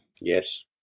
Yes